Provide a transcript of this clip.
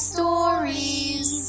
Stories